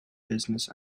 business